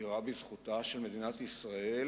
שמכירה בזכותה של מדינת ישראל